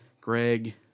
Greg